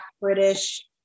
British